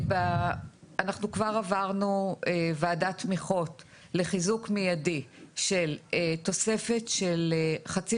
אנחנו כבר עברנו ועדת תמיכות לחיזוק מידי של תוספת חצי